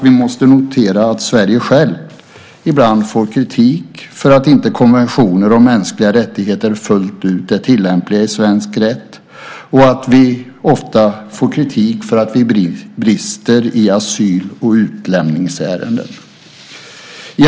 Vi måste notera att Sverige självt ibland får kritik för att inte konventioner om mänskliga rättigheter är fullt ut tillämpliga i svensk rätt och att Sverige ofta får kritik för brister i asyl och utlämningsärenden.